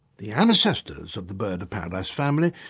the ancestors of the bird of paradise family,